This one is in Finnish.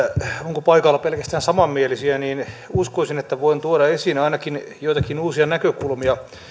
onko paikalla pelkästään samanmielisiä niin uskoisin että voin tuoda esiin ainakin joitakin uusia näkökulmia